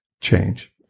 change